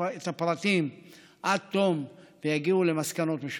הפרטים עד תום ויגיעו למסקנות משותפות.